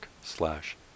slash